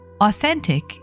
Authentic